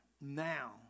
now